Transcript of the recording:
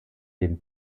den